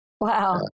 Wow